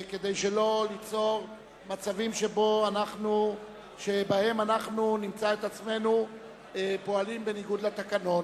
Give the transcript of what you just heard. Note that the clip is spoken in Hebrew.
כדי שלא ליצור מצבים שבהם אנחנו נמצא את עצמנו פועלים בניגוד לתקנון.